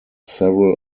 several